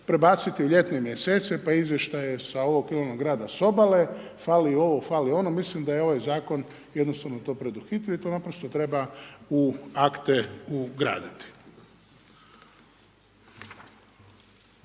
prebaciti u ljetne mjesece pa izvještaje sa ovog ili onog grada sa obale, fali ovo, fali ono, mislim da je ovaj zakon jednostavno to preduhitrio i to naprosto treba u akte ugraditi.